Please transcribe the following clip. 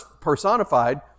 personified